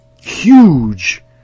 huge